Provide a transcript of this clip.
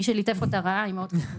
מי שליטף אותה ראה, היא מאוד חברותית.